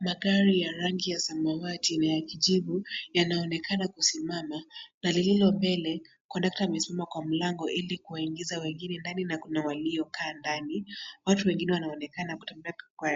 Magari ya rangi ya samawati na ya kijivu yanaonekana kusimama na lililo mbele ,kondakta amesimama kwa mlango ili kuwaingiza wengine ndani na kuna waliokaa ndani. Watu wengine wanaonekana kutembea